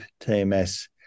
tms